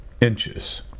inches